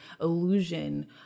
illusion